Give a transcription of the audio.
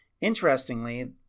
Interestingly